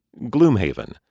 Gloomhaven